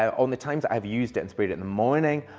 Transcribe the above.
um on the times, i've used it and spread it in the morning,